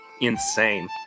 insane